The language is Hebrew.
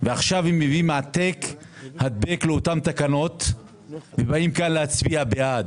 ועכשיו כשהם מביאים העתק-הדבק לאותן תקנות אתם מצביעים בעד.